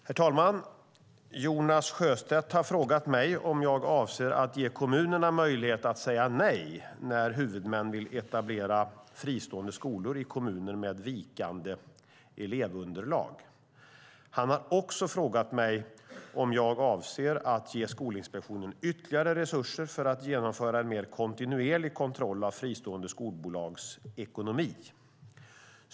Herr talman! Jonas Sjöstedt har frågat mig om jag avser att ge kommunerna möjlighet att säga nej när huvudmän vill etablera fristående skolor i kommuner med vikande elevunderlag. Han har också frågat mig om jag avser att ge Skolinspektionen ytterligare resurser för att genomföra en mer kontinuerlig kontroll av de fristående skolbolagens ekonomi.